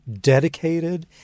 dedicated